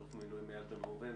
אלוף במילואים איל בן ראובן,